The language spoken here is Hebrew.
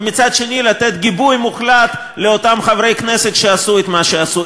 ומצד שני לתת גיבוי מוחלט לאותם חברי כנסת שעשו את מה שעשו.